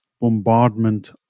bombardment